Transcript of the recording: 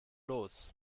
los